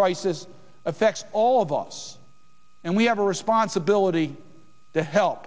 crisis affects all of us and we have a responsibility to help